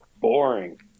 boring